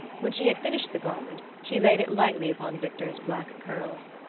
when she had finished the garland, she laid it lightly upon victor's black curls.